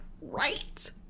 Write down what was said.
Right